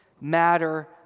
matter